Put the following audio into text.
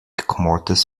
comórtas